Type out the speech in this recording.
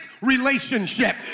relationship